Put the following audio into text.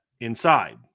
inside